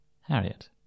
Harriet